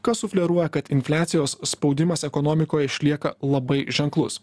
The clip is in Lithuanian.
kas sufleruoja kad infliacijos spaudimas ekonomikoj išlieka labai ženklus